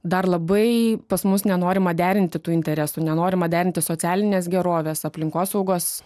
dar labai pas mus nenorima derinti tų interesų nenorima derinti socialinės gerovės aplinkosaugos